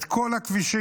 את כל הכבישים,